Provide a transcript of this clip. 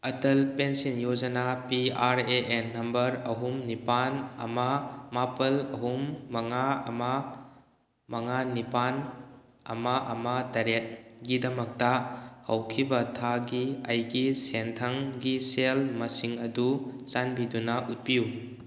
Atal pension Yojana P R A N number ꯑꯍꯨꯝ ꯅꯤꯄꯥꯜ ꯑꯃ ꯃꯥꯄꯜ ꯑꯍꯨꯝ ꯃꯉꯥ ꯑꯃ ꯃꯉꯥ ꯅꯤꯄꯥꯜ ꯑꯃ ꯑꯃ ꯇꯔꯦꯠꯀꯤ ꯗꯃꯛꯇ ꯍꯧꯈꯤꯕ ꯊꯥꯒꯤ ꯑꯩꯒꯤ ꯁꯦꯟꯊꯪꯒꯤ ꯁꯦꯜ ꯃꯁꯤꯡ ꯑꯗꯨ ꯆꯥꯟꯕꯤꯗꯨꯅ ꯎꯠꯄꯤꯎ